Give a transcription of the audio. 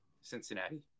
Cincinnati